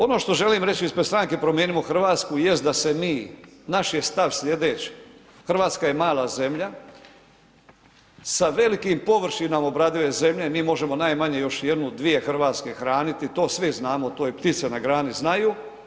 Ono što želim reći ispred stranke Promijenimo Hrvatsku jest da se mi, naš je stav sljedeći, Hrvatska je mala zemlja sa velikom površinom obradive zemlje mi možemo najmanje još jednu, dvije Hrvatske hraniti to svi znamo to i ptice na grani znaju.